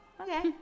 Okay